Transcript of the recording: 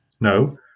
No